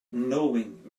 knowing